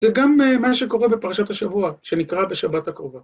‫זה גם מה שקורה בפרשת השבוע, ‫שנקרא בשבת הקרובה.